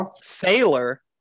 Sailor